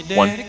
one